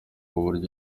uburyo